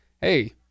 hey